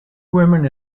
women